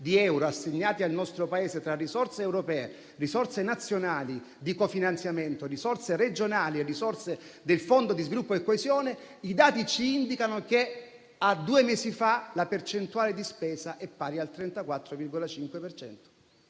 di euro assegnati al nostro Paese, tra risorse europee, risorse nazionali di cofinanziamento, risorse regionali e risorse del Fondo per lo sviluppo e la coesione (FSC), i dati ci indicano che, a due mesi fa, la percentuale di spesa è pari al 34,5